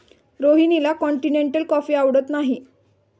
रोहिणीला continental coffee आवडत नाही